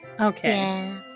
okay